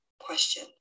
question